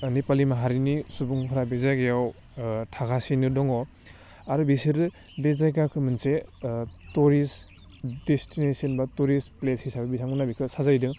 नेपालि माहारिनि सुबुंफ्रा बे जायगायाव थागासिनो दङ आरो बेसोरो बे जायगाखो मोनसे टरिस्ट देसटेनेसन बा टरिस्ट प्लेस हिसाबै बिथांमोनहा बिखौ साजायदों